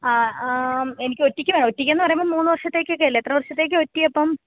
ആ എനിക്ക് ഒറ്റക്ക് വേണം ഒറ്റക്കെന്നു പറയുമ്പോൾ മൂന്ന് വർഷത്തേക്കൊക്കെ അല്ലേ എത്ര വർഷത്തേക്ക് ഒറ്റി അപ്പം